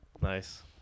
Nice